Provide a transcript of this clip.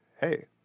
Hey